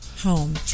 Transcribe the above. home